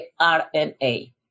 RNA